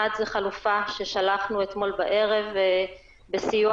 דבר אחד הוא חלופה ששלחנו אתמול בערב בסיוע